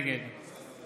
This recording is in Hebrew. נגד